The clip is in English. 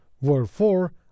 Wherefore